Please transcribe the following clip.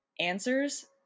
answers